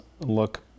look